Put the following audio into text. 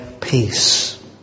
peace